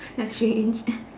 ya strange